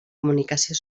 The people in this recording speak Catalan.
comunicació